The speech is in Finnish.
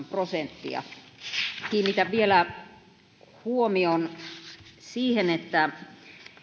prosenttia kiinnitän vielä huomion siihen että